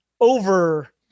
over